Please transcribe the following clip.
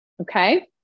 okay